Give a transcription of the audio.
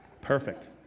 Perfect